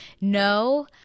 no